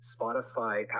Spotify